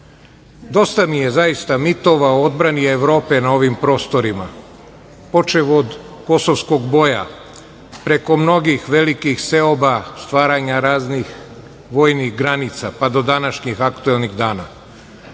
život. Dosta mi je, zaista, mitova o odbrani Evrope na ovim prostorima, počev od Kosovskog boja, preko mnogih velikih seoba, stvaranja raznih vojnih granica, pa do današnjih aktuelnih dana,